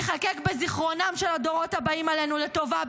ייחקק בזיכרונם של הדורות הבאים עלינו לטובה,